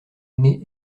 née